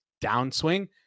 downswing